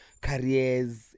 careers